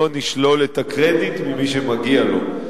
לא נשלול את הקרדיט ממי שמגיע לו.